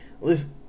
Listen